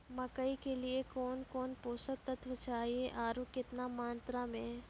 मकई के लिए कौन कौन पोसक तत्व चाहिए आरु केतना मात्रा मे?